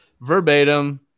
verbatim